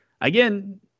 again